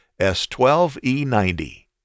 s12e90